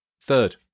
Third